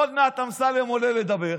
עוד מעט אמסלם עולה לדבר,